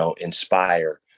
inspire